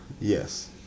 yes